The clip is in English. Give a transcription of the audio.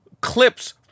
clips